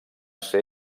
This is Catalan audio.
ser